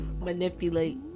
Manipulate